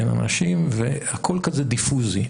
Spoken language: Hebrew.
אין אנשים והכול כזה דיפוזי.